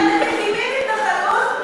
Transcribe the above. אבל אתם מקימים התנחלות,